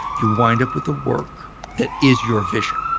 you wind up with the work that is your vision